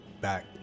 back